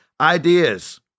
ideas